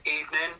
evening